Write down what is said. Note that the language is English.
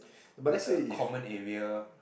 like a common area